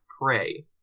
prey